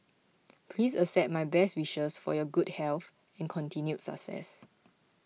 please accept my best wishes for your good health and continued success